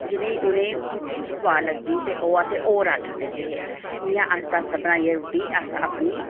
जि'नें उ'नें ई रुट्टी सोआद लगदी ही ते ओह् असें ई होर आर्डर दिंदे हे इ'यां आस्तै आस्तै बनाइयै रुट्टी अस अपनी